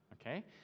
Okay